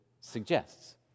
suggests